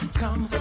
come